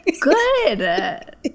Good